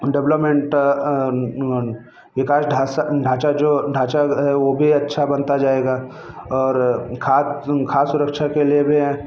development विकास ढांचा जो ढांचा अ ढांचा वो भी अच्छा बनता जाएगा और खाद खाद्य सुरक्षा के लिए